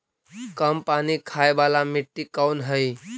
कम पानी खाय वाला मिट्टी कौन हइ?